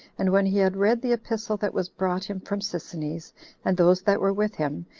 and when he had read the epistle that was brought him from sisinnes, and those that were with him,